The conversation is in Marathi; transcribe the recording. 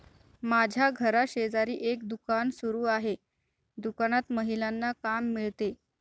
माझ्या घराशेजारी एक दुकान सुरू आहे दुकानात महिलांना काम मिळते